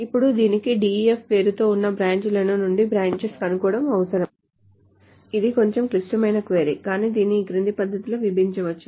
ఇప్పుడు దీనికి DEF పేరుతో ఉన్న బ్రాంచ్ ల నుండి branches ను కనుగొనడం అవసరం ఇది కొంచెం క్లిష్టమైన క్వరీ కానీ దీనిని ఈ క్రింది పద్ధతిలో విభజించవచ్చు